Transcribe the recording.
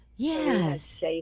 Yes